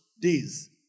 days